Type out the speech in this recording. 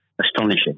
astonishing